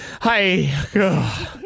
hi